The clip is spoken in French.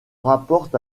rapporte